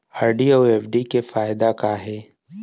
RD अऊ FD के फायेदा का हे?